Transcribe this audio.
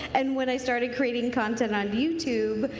and when i started creating content on youtube,